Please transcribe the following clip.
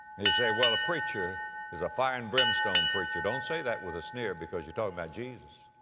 you say, well, a preacher is a fire and brimstone preacher. don't say that with a sneer, because you're talking about jesus.